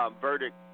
verdict